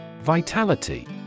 Vitality